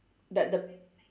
that the